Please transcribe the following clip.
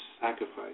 sacrifice